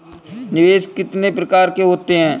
निवेश कितने प्रकार के होते हैं?